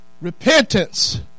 repentance